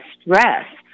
stress